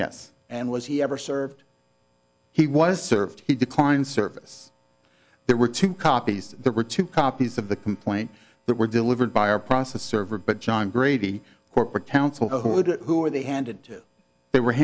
yes and was he ever served he was served he declined service there were two copies there were two copies of the complaint that were delivered by a process server but john grady corporate counsel who did who were they handed to they were